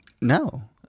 No